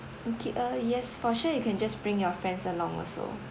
okay uh yes for sure you can just bring your friends along also